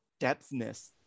depthness